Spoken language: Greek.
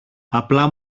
απλά